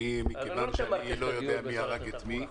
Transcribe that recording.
מכיוון שאני לא יודע מי הרג את מי,